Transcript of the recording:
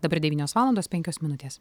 dabar devynios valandos penkios minutės